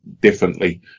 differently